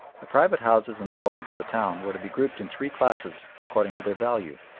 the private houses and dwellings of the town were to be grouped in three classes according to their value.